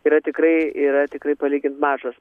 yra tikrai yra tikrai palygint mažas